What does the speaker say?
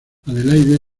adelaide